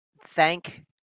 thank